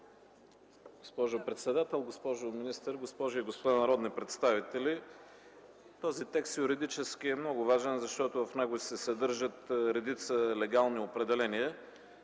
Госпожо председател, госпожо министър, госпожи и господа народни представители! Този текст юридически е много важен, защото в него се съдържат редица легални определения.